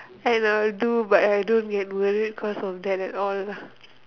and I will do but I don't get worried cause of that at all